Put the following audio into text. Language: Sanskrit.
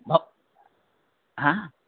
भव् हा